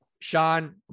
Sean